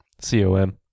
C-O-M